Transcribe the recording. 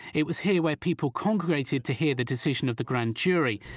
it was here where people congregated to hear the decision of the grand jury.